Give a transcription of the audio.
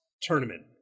tournament